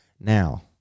Now